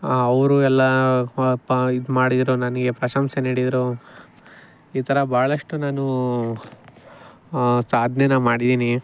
ಅವರು ಎಲ್ಲ ಪ ಪ ಇದುಮಾಡಿದ್ರು ನನಗೆ ಪ್ರಶಂಸೆ ನೀಡಿದ್ರು ಈ ಥರ ಭಾಳಷ್ಟು ನಾನು ಸಾಧ್ನೇ ಮಾಡಿದೀನಿ